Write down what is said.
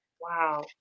Wow